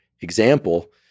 example